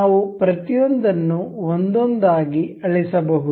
ನಾವು ಪ್ರತಿಯೊಂದನ್ನು ಒಂದೊಂದಾಗಿ ಅಳಿಸಬಹುದು